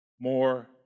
more